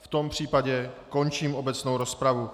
V tom případě končím obecnou rozpravu.